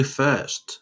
first